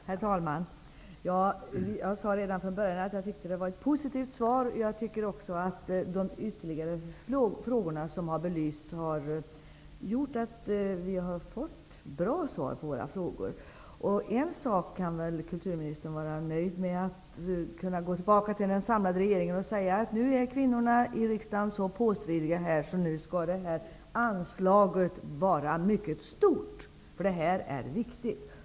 Herr talman! Jag sade från början att jag tyckte det var ett positivt svar. Jag tycker att de ytterligare frågor som har belysts har gjort att vi fått bra svar på våra frågor. En sak kan väl kulturministern vara nöjd med: att kunna gå tillbaka till den samlade regeringen och säga att kvinnorna i riksdagen är så påstridiga, att nu måste det här anslaget vara mycket stort, för detta är viktigt.